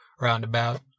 roundabout